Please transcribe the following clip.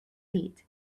seat